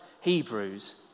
Hebrews